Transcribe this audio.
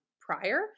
prior